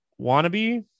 Wannabe